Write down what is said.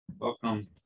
Welcome